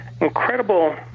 incredible